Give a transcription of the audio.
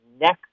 next